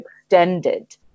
extended